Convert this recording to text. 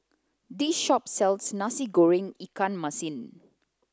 this shop sells nasi goreng ikan masin